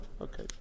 Okay